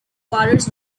quarters